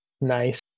Nice